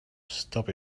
stop